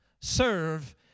serve